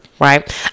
right